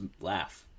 laugh